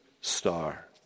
star